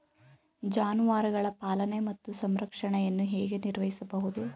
ಜಾನುವಾರುಗಳ ಪಾಲನೆ ಮತ್ತು ಸಂರಕ್ಷಣೆಯನ್ನು ಹೇಗೆ ನಿರ್ವಹಿಸಬಹುದು?